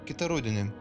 kitą rudenį